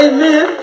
Amen